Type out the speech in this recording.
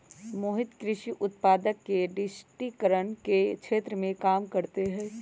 मोहित कृषि उत्पादक के डिजिटिकरण के क्षेत्र में काम करते हई